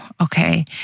okay